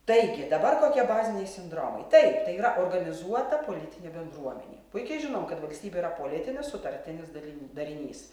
taigi dabar kokie baziniai sindromai taip tai yra organizuota politinė bendruomenė puikiai žinom kad valstybė yra politinis sutartinis daliny darinys